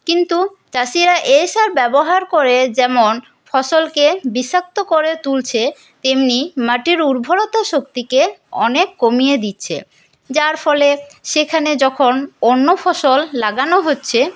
কিন্তু চাষিরা এই সার ব্যবহার করে যেমন ফসলকে বিষাক্ত করে তুলছে তেমনি মাটির উর্ভরতা শক্তিকে অনেক কমিয়ে দিচ্ছে যার ফলে সেখানে যখন অন্য ফসল লাগানো হচ্ছে